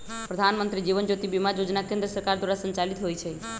प्रधानमंत्री जीवन ज्योति बीमा जोजना केंद्र सरकार द्वारा संचालित होइ छइ